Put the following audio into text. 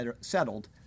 settled